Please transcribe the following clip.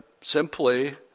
simply